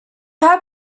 had